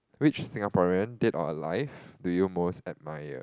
which Singaporean dead or alive do you most admire